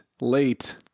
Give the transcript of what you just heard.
late